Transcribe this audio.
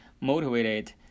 motivated